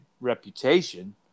reputation